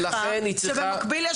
כשבמקביל,